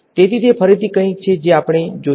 તેથી તે ફરીથી કંઈક છે જે આપણે જોશું